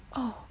oh